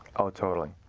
oh, totally.